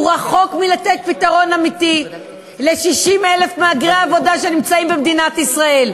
הוא רחוק מלתת פתרון אמיתי ל-60,000 מהגרי עבודה שנמצאים במדינת ישראל,